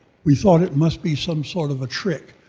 we thought it must be some sort of a trick,